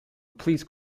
please